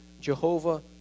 Jehovah